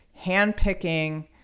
handpicking